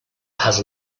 has